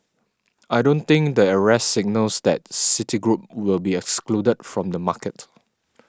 I don't think the arrest signals that Citigroup will be excluded from the market